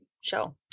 show